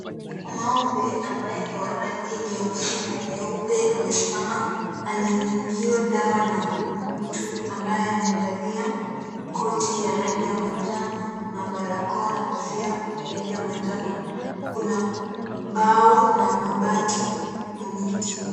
Ngombe ambaye ni wa rangi nyeusi na nyeupe amesimama anayunyuziwa dawa na mtu ambaye amevalia koti ya rangi ya manjano na barakoa na kofia ya rangi ya manjano. Kuna bao na mabati na miti.